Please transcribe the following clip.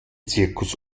zirkus